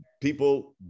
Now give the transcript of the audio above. people